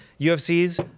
UFC's